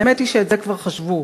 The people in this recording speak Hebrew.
האמת היא שאת זה כבר חשבו,